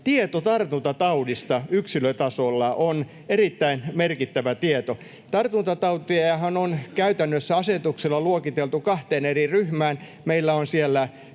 tieto tartuntataudista yksilötasolla on erittäin merkittävä tieto. Tartuntatautejahan on käytännössä asetuksella luokiteltu kahteen eri ryhmään: